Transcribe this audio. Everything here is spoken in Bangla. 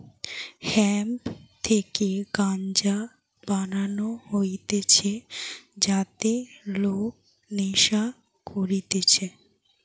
হেম্প থেকে গাঞ্জা বানানো হতিছে যাতে লোক নেশা করতিছে